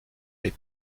les